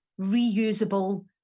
reusable